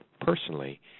personally